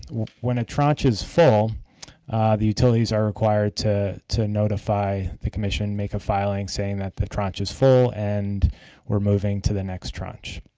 when a tranche is full the utilities are required to to notify the commission, make a filing saying that the tranche is full and we're moving to the next tranche.